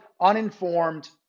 uninformed